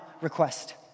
request